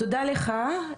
תודה לך.